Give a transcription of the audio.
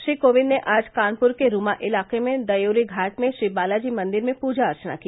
श्री कोविंद ने आज कानपुर के रूमा इलाके में दयोरी घाट में श्री बालाजी मंदिर में पूजा अर्चना की